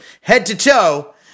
head-to-toe